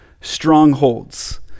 strongholds